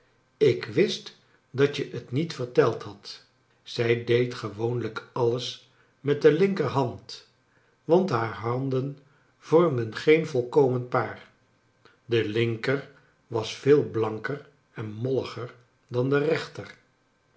ik wist dat je t niet verteld hadt zij deed gewoonlijk alles met de linker hand want haar handen vormden geen volkomen paar de linker was veel blanker en molliger dan de reohter